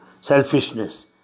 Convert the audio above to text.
selfishness